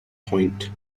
point